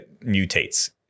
mutates